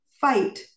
fight